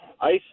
Ice